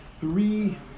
three